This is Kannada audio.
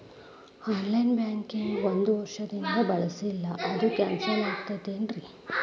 ಆನ್ ಲೈನ್ ಬ್ಯಾಂಕಿಂಗ್ ಒಂದ್ ವರ್ಷದಿಂದ ಬಳಸಿಲ್ಲ ಅದು ಕ್ಯಾನ್ಸಲ್ ಆಗಿರ್ತದೇನ್ರಿ?